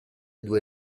due